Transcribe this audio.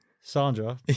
Sandra